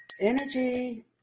Energy